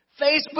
Facebook